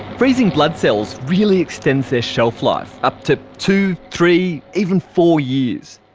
freezing blood cells really extends their shelf life, up to two, three, even for years.